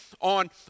on